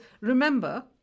remember